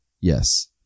Yes